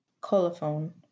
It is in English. Colophon